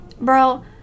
bro